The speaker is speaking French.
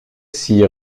s’y